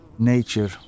Nature